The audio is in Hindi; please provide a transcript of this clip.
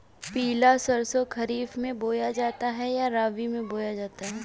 पिला सरसो खरीफ में बोया जाता है या रबी में?